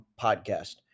podcast